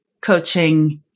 coaching